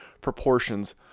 proportions